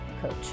coach